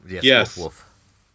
Yes